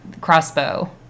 crossbow